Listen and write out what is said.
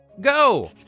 Go